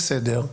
בסדר.